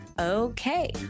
Okay